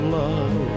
love